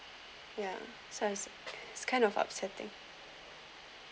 ya so I it's kind of upsetting